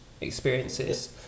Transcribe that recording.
experiences